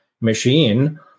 machine